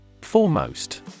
Foremost